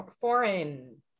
foreign